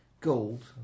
Gold